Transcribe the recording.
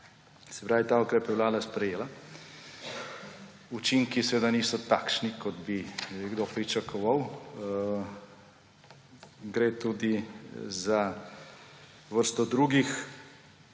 deregulacijo. Ta ukrep je vlada sprejela. Učinki seveda niso takšni, kot bi nekdo pričakoval. Gre tudi za vrsto drugih